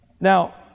Now